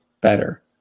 better